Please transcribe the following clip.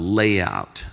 layout